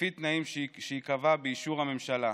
לפי תנאים שייקבעו באישור הממשלה.